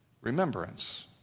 Remembrance